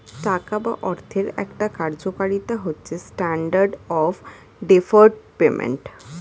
টাকা বা অর্থের একটা কার্যকারিতা হচ্ছে স্ট্যান্ডার্ড অফ ডেফার্ড পেমেন্ট